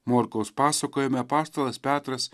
morkaus pasakojime apaštalas petras